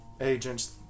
agents